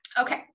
okay